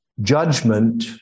judgment